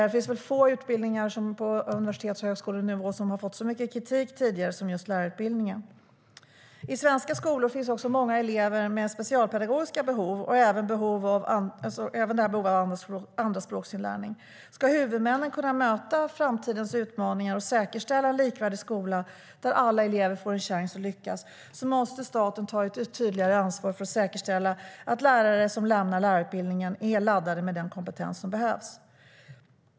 Det finns få utbildningar på universitets och högskolenivå som har fått så mycket kritik tidigare som just lärarutbildningen. I svenska skolor finns många elever med specialpedagogiska behov och även behov av andraspråksinlärning. Om huvudmännen ska kunna möta framtidens utmaningar och säkerställa en likvärdig skola där alla elever får en chans att lyckas måste staten ta ett tydligare ansvar för att säkerställa att lärare som lämnar lärarutbildningen är laddade med den kompetens som behövs.